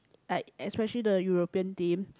like especially the European team